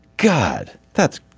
god, that's